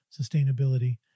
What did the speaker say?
sustainability